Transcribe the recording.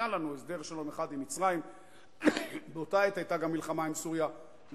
היה לנו הסדר שלום אחד עם מצרים ובאותה עת היתה גם מלחמה עם סוריה ולא